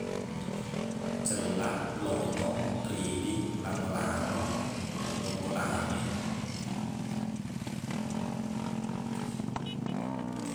Cellaq lotong ridi lango-lango le- lokko lame ituji